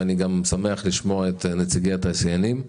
ואני שמח לשמוע שנציגי התעשיינים,